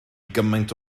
gymaint